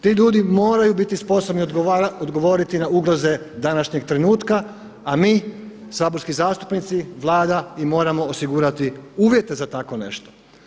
Ti ljudi moraju biti sposobni odgovoriti na ugroze današnjeg trenutka a mi saborski zastupnici, Vlada, im moramo osigurati uvjete za tako nešto.